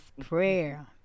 prayer